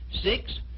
Six